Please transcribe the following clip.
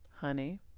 Honey